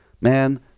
Man